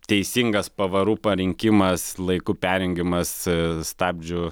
teisingas pavarų parinkimas laiku perjungimas stabdžių